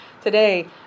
today